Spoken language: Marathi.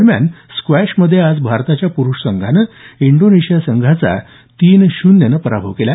दरम्यान स्क्वॅशमध्ये आज भारताच्या पुरुष संघानं इंडोनेशिया संघाचा तीन शून्यनं पराभव केला